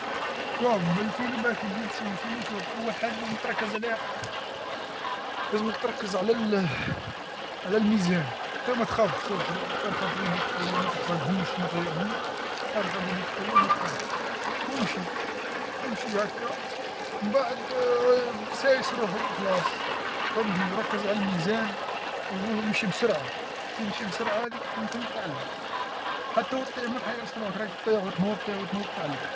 شوف ف الفيلو باه كي تجي تسوڨ الفيلو أول حاجه لازم تركز عليها، لازمك تركز على على الميزان، نتا ماتخافش شوف أرخف يديك شويه ما تحزقهمش ما تزيرهمش، أرخف يديك شويه وما تخافش، وإمشي، إمشي هاكا ومن بعد سايس روحك وخلاص, فهمتني ركز على الميزان وإمشي بسرعه، كتمشي بسرعة ذيك ثم ثم تتعلم، حتى طيح ما تحيرش روحك راك طيح وتنوض تطيح وتنوض وتعلم.